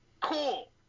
Cool